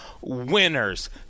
winners